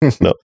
No